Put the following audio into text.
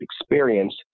experience